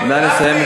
נא לסיים.